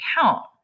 count